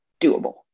doable